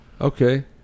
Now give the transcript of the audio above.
Okay